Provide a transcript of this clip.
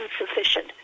insufficient